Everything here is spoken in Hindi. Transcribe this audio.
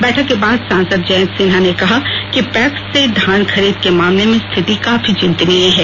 बैठक के बाद सांसद जयंत सिन्हा ने कहा कि पैक्स से धान खरीद के मामले में स्थिति काफी चिंतनीय है